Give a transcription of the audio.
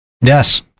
Yes